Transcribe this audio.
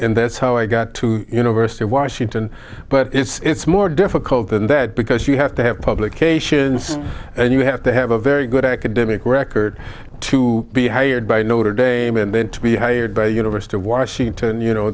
and that's how i got to university of washington but it's more difficult than that because you have to have publications and you have to have a very good academic record to be hired by notre dame and then to be hired by the university of washington you know